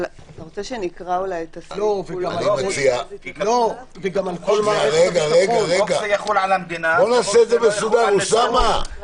כי כתוב "חוק זה יחול על המדינה".